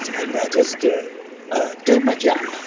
and i just do ah do my job